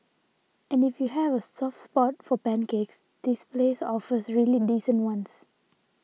and if you have a soft spot for pancakes this place offers really decent ones